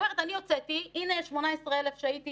זאת אומרת, אני הוצאתי, הנה 18,000 שהייתי